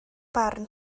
barn